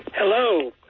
Hello